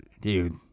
Dude